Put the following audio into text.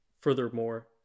furthermore